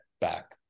back